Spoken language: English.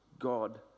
god